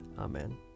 Amen